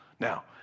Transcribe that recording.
Now